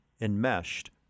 enmeshed